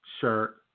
shirt